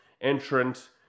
entrant